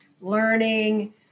learning